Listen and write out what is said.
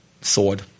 sword